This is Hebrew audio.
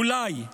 אולי.